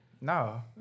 No